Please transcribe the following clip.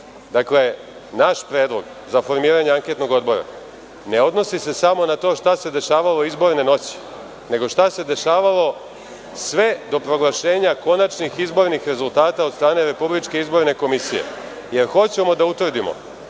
Dakle, naš predlog za formiranje anketnog odbora ne odnosi se samo na to šta se dešavalo izborne noći, nego šta se dešavalo sve do proglašenja konačnih izbornih rezultata od strane RIK, jer hoćemo da utvrdimo